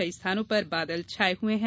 कई स्थानों पर बादल छाये हुए है